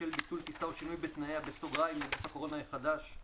בשל ביטול טיסה או שינוי בתנאיה) (נגיף הקורונה החדש,